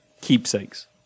keepsakes